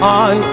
on